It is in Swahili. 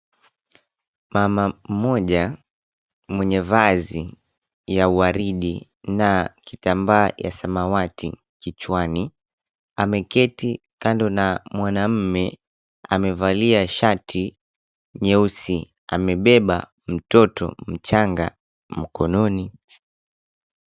Mama mmoja mwenye vazi ya waridi na kitambaa ya samawati kichwani, ameketi kando na mwanamume. Amevalia shati nyeusi, amebeba mtoto mchanga mkononi.